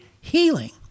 healing